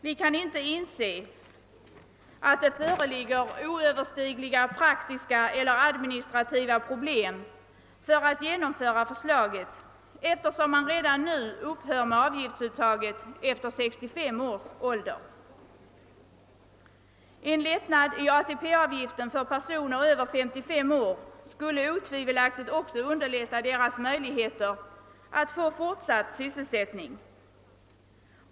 Vi kan inte inse att det föreligger oöverstigliga praktiska eller administrativa problem om vi vill genomföra förslaget eftersom man redan nu upphör med avgiftsuttaget efter 65 års ålder. En lättnad i vad avser ATP-avgift för personer över 55 år skulle otvivelaktigt också öka deras möjligheter att få fortsatt sysselsättning.